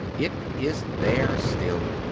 it is there still.